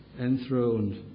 enthroned